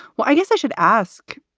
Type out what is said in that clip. well, i guess i should ask.